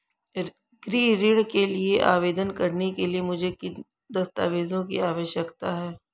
गृह ऋण के लिए आवेदन करने के लिए मुझे किन दस्तावेज़ों की आवश्यकता है?